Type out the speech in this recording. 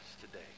today